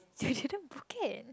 didn't book it